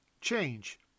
Change